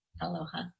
Aloha